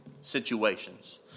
situations